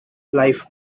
live